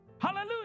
Hallelujah